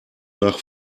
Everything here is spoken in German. nach